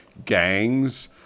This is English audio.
Gangs